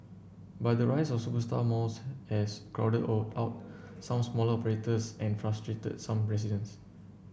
but the rise of superstar malls has crowded out some smaller operators and frustrated some residents